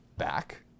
back